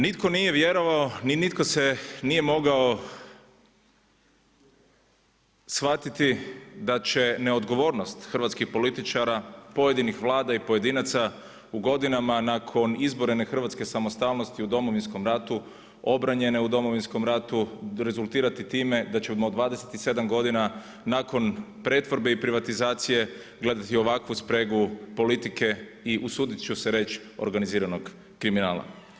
Nitko nije vjerovao niti nitko nije mogao shvatiti da će neodgovornost hrvatskih političara, pojedinih vlada i pojedinaca u godinama nakon izborene hrvatske samostalnosti u Domovinskom ratu, obranjene u Domovinskom ratu rezultirati time da ćemo u 27 godina nakon pretvorbe i privatizacije gledati ovakvu spregu politike i usudit ću se reći organiziranog kriminala.